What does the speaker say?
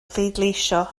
pleidleisio